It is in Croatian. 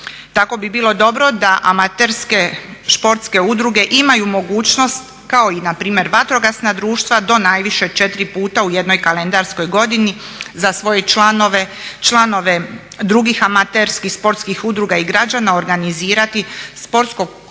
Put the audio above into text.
Tako bi bilo dobro da amaterske športske udruge imaju mogućnost kao i npr. vatrogasna društva do najviše četiri puta u jednoj kalendarskoj godini za svoje članove, članove drugih amaterskih sportskih udruga i građana organizirati sportsko